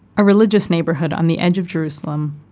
a religious neighborhood on the edge of jerusalem,